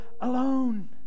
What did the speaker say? alone